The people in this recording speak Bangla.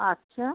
আচ্ছা